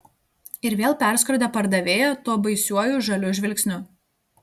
ir vėl perskrodė pardavėją tuo baisiuoju žaliu žvilgsniu